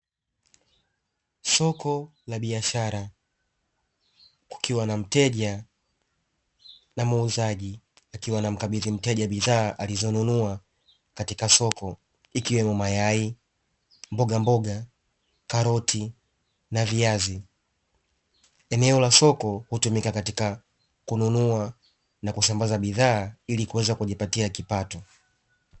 Soko la biashara kukiwa na mteja na muuzaji akiwa anamkabidhi mteja bidhaa alizonunua katika soko, ikiwemo mayai, mbogamboga, karoti na viazi. Eneo la soko hutumika katika kununua kusambaza bidhaa ili kuweza kujipatia kipato.